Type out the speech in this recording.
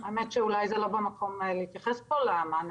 האמת שאולי זה לא במקום להתייחס פה למענה